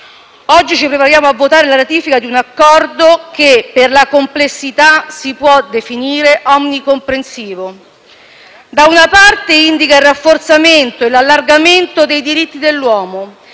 Oggi ci prepariamo a votare la ratifica di un Accordo che, per la complessità, si può definire onnicomprensivo. Da una parte, indica il rafforzamento e l'allargamento dei diritti dell'uomo.